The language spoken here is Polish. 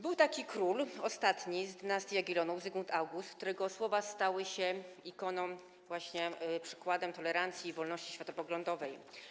Był taki król, ostatni z dynastii Jagiellonów, Zygmunt August, którego słowa stały się właśnie przykładem tolerancji i wolności światopoglądowej.